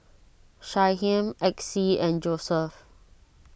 Shyheim Exie and Joseph